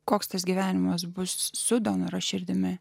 koks tas gyvenimas bus su donoro širdimi